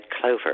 clover